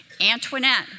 Antoinette